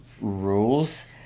rules